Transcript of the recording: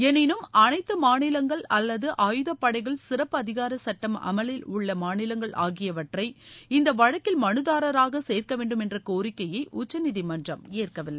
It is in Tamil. எனினும் அனைத்து மாநிலங்கள் அல்லது ஆயுதப்படைகள் சிறப்பு அதிகார சுட்டம் அமலில் உள்ள மாநிலங்கள் ஆகியவற்றை இந்த வழக்கில் மனுதாரராக சேள்க்க வேண்டும் என்ற கோரிக்கையை உச்சநீதிமன்றம் ஏற்கவில்லை